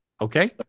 okay